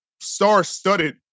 star-studded